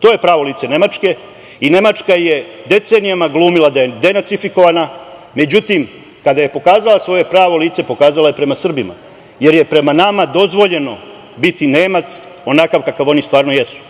To je pravo lice Nemačke i Nemačka je decenijama glumila da je denacifikovana, međutim, kada je pokazala svoje prvo lice pokazala je prema Srbima, jer je prema nama dozvoljeno biti Nemac onakav kakav oni stvarno jesu.